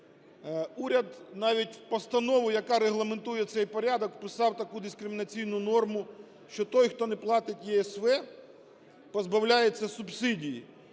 уряд навіть в постанову, яка регламентує цей порядок, вписав таку дискримінаційну норму, що той, хто не платить ЄСВ, позбавляється субсидії.